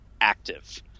active